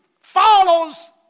follows